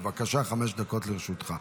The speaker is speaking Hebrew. בבקשה, חמש דקות לרשותך.